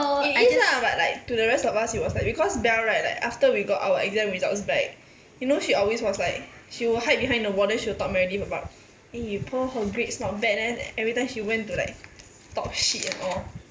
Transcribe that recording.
it is lah but like to the rest of us it was like because bel right like after we got our exam results back you know she always was like she will hide behind the wall then she will talk to meredith about eh pearl her grades not bad then everytime she went to like talk shit and all